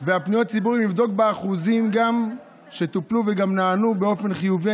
ויבדוק באחוזים שפניות הציבור טופלו ונענו באופן חיובי,